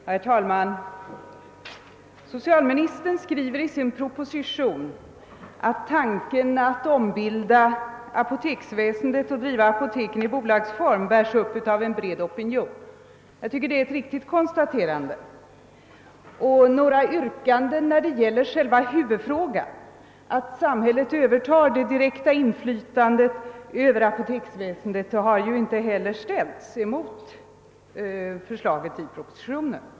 Herr talman! Socialministern skriver i sin proposition att tanken på att ombilda apoteksväsendet och driva apoteken i bolagsform bärs upp av en bred opinion. Det är ett riktigt konstaterande, och några yrkanden när det gäller själva huvudfrågan att samhället övertar det direkta inflytandet över apoteksväsendet har inte heller ställts mot förslaget i propositionen.